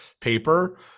paper